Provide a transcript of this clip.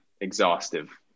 exhaustive